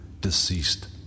deceased